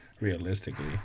realistically